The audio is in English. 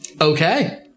Okay